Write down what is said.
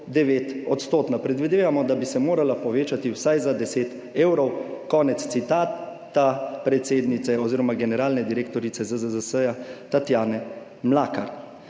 Predvidevamo, da bi se morala povečati vsaj za 10 evrov." Konec citata predsednice oziroma generalne direktorice ZZZS Tatjane Mlakar.